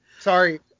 Sorry